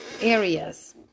areas